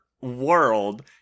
world